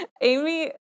Amy